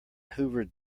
hoovered